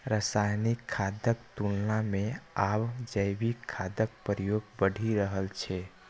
रासायनिक खादक तुलना मे आब जैविक खादक प्रयोग बढ़ि रहल छै